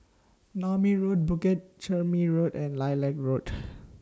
Naumi rule Bukit Chermin Road and Lilac Road